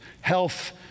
health